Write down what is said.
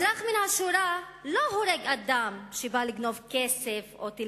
אזרח מן השורה לא הורג אדם שבא לגנוב טלוויזיה,